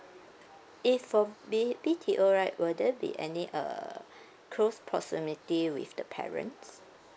if for B B_T_O right will there be any uh close proximity with the parents